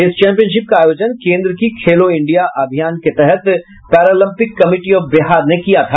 इस चैंपियनशिप का आयोजन केन्द्र की खेलो इंडिया अभियान के तहत पैरालंपिक कमिटी ऑफ बिहार ने किया था